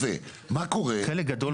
מה קורה?